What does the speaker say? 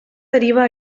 deriva